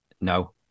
No